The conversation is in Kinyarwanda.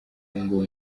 ngo